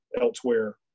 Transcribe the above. elsewhere